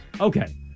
Okay